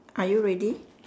are you ready